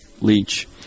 Leach